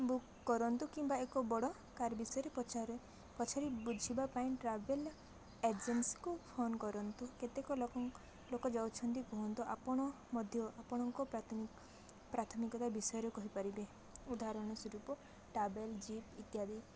book କରନ୍ତୁ କିମ୍ବା ଏକ ବଡ଼ କାର୍ ବିଷୟରେ ପଚାରେ ପଛରେ ବୁଝିବା ପାଇଁ ଟ୍ରାଭେଲ୍ ଏଜେନ୍ସିକୁ ଫୋନ୍ କରନ୍ତୁ କେତେକ ଲୋକ ଲୋକ ଯାଉଛନ୍ତି କୁହନ୍ତୁ ଆପଣ ମଧ୍ୟ ଆପଣଙ୍କ ପ୍ରାଥମିକ ପ୍ରାଥମିକତା ବିଷୟରେ କହିପାରିବେ ଉଦାହରଣ ସ୍ୱରୂପ ଟ୍ରାଭେଲ୍ ଜିପ୍ ଇତ୍ୟାଦି